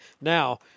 Now